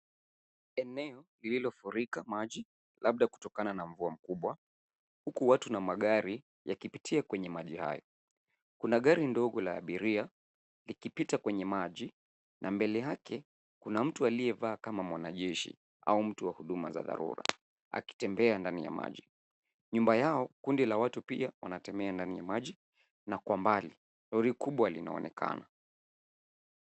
Eneo lililofurika maji labda kutokana na mvua mkubwa, huku watu na magari yakipitia kwenye maji hayo. Kuna gari ndogo la abiria likipita kwenye maji na mbele yake kuna mtu aliyevaa kama mwanajeshi au mtu wa huduma za dharura, akitembeya ndani ya maji. Nyuma yao kundi la watu pia wanakimia ndani ya maji na kwa mbali. Lori kubwa linaonekana.